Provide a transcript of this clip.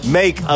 make